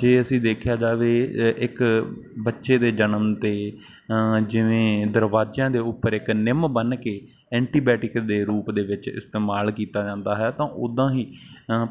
ਜੇ ਅਸੀਂ ਦੇਖਿਆ ਜਾਵੇ ਇੱਕ ਬੱਚੇ ਦੇ ਜਨਮ 'ਤੇ ਜਿਵੇਂ ਦਰਵਾਜ਼ਿਆਂ ਦੇ ਉੱਪਰ ਇੱਕ ਨਿੰਮ ਬੰਨ ਕੇ ਐਂਟੀਬੈਟਿਕ ਦੇ ਰੂਪ ਦੇ ਵਿੱਚ ਇਸਤੇਮਾਲ ਕੀਤਾ ਜਾਂਦਾ ਹੈ ਤਾਂ ਉੱਦਾਂ ਹੀ